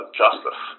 justice